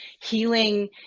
healing